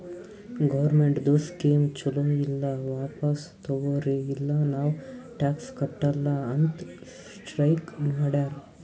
ಗೌರ್ಮೆಂಟ್ದು ಸ್ಕೀಮ್ ಛಲೋ ಇಲ್ಲ ವಾಪಿಸ್ ತಗೊರಿ ಇಲ್ಲ ನಾವ್ ಟ್ಯಾಕ್ಸ್ ಕಟ್ಟಲ ಅಂತ್ ಸ್ಟ್ರೀಕ್ ಮಾಡ್ಯಾರ್